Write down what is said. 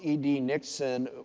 ah d. nixon,